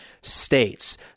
states